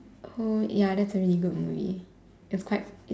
oh ya that's a really good movie it's quite